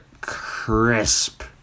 crisp